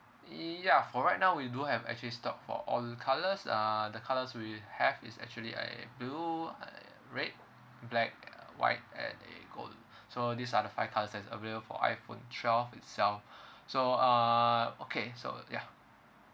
ya for right now we do have actually stock for all the colours uh the colours we have is actually uh blue err red black white and uh gold so these are the five colours that's available for iphone twelve itself so uh okay so ya